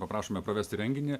paprašome pravesti renginį